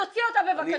תוציא אותה בבקשה.